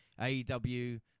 AEW